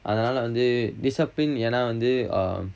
அதனால வந்து:athanala vanthu discipline ஏன்னா வந்து:eanna vanthu err